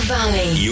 Valley